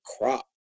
crop